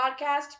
Podcast